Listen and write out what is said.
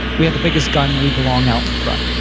we have the biggest gun. we belong out in front.